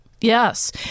Yes